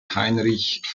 heinrich